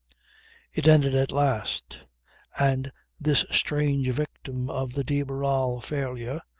it ended at last and this strange victim of the de barral failure,